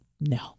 no